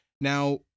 Now